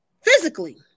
physically